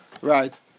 right